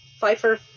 Pfeiffer